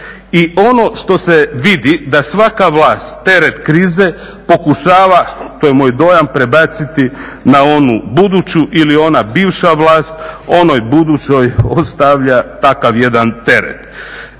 I ono što se vidi da svaka vlast teret krize pokušava, to je moj dojam, prebaciti na onu buduću ili ona bivša vlast onoj budućoj ostavlja takav jedan teret.